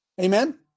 Amen